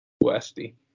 Westy